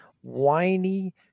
whiny